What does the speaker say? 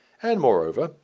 and, moreover,